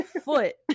foot